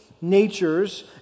natures